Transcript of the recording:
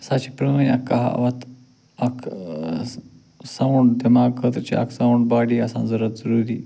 سۄ چھِ پرٛٲنۍ اکھ کہاوت اکھ ساوُنٛڈ دٮ۪ماغہٕ خٲطرٕ چھِ اکھ ساوُنٛڈ باڈی آسان ضوٚرتھ ضٔروری